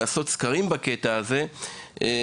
לעשות סקרים בנושא הזה כדי להבין את הסיבות.